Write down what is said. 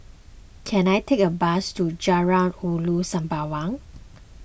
can I take a bus to Jalan Ulu Sembawang